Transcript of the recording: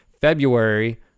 February